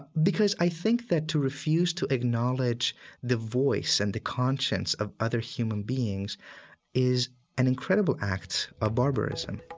because i think that to refuse to acknowledge the voice and the conscience of other human beings is an incredible act of barbarism